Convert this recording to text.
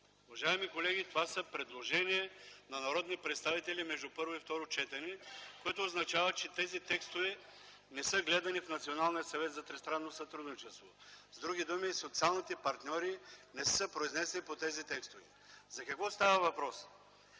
Уважаеми колеги, това са предложения на народни представители между първо и второ четене. Това означава, че тези текстове не са гледани в Националния съвет за тристранно сътрудничество, с други думи, социалните партньори не са се произнесли по тези текстове. За какво става въпрос?